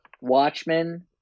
Watchmen